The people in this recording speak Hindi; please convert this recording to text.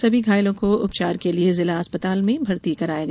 सभी घायलों को उपचार के लिए जिला अस्पताल में भर्ती कराया गया है